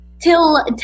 Till